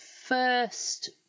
first